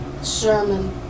sermon